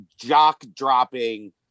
jock-dropping